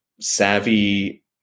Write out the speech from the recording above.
savvy